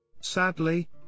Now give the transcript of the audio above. sadly